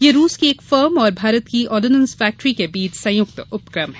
यह रूस की एक फर्म और भारत की आडिनेंस फैक्टरी के बीच संयुक्त उपक्रम है